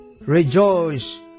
rejoice